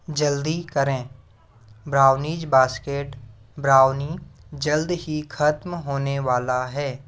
जल्दी करें brownies basket brownie जल्द ही ख़त्म होने वाला है